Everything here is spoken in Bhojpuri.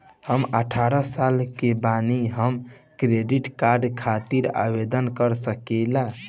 हम अठारह साल के बानी हम क्रेडिट कार्ड खातिर आवेदन कर सकीला?